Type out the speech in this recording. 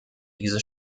diese